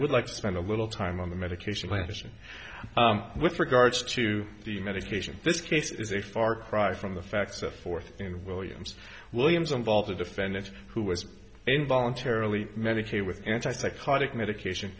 would like to spend a little time on the medication plantation with regards to the medication this case is a far cry from the facts set forth in williams williams involves a defendant who was in voluntarily medicate with anti psychotic medication